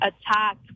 attack